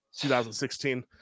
2016